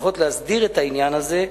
לפחות להסדיר את העניין הזה,